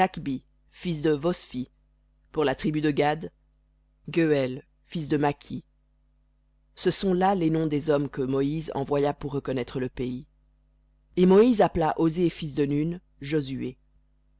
fils de vophsi pour la tribu de gad gueuël fils de maki ce sont là les noms des hommes que moïse envoya pour reconnaître le pays et moïse appela osée fils de nun josué